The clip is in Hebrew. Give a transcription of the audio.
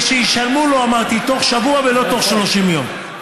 ושישלמו לו, אמרתי, תוך שבוע ולא תוך 30 יום.